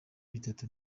bitatu